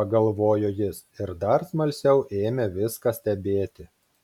pagalvojo jis ir dar smalsiau ėmė viską stebėti